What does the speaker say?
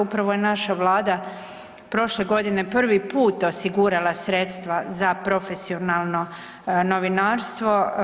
Upravo je naša Vlada prošle godine prvi put osigurala sredstva za profesionalno novinarstvo.